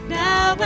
now